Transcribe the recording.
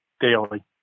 daily